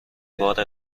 بار